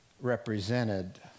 represented